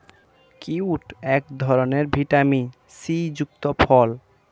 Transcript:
kiwi এক ধরনের vitamin C যুক্ত ফল